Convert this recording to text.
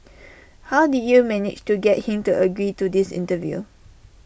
how did you manage to get him to agree to this interview